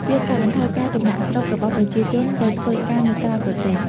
វាកាត់បន្ថយការចំណាកស្រុករបស់ប្រជាជនទៅធ្វើការនៅក្រៅប្រទេស។